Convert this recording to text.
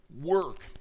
work